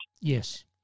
Yes